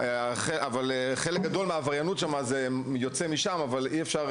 אמנם חלק גדול מהעבריינות יוצא משם אבל אי אפשר